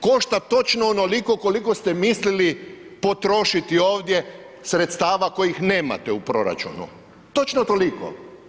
Košta točno onoliko koliko ste mislili potrošiti ovdje sredstava kojih nemate u proračunu, točno toliko.